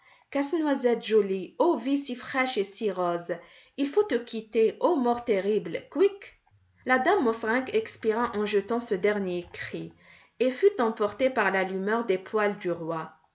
et si rose il faut te quitter ô mort terrible couic la dame mauserink expira en jetant ce dernier cri et fut emportée par l'allumeur des poêles du roi